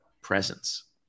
presence